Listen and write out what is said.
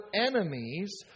enemies